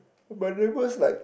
my neighbours like